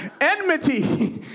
Enmity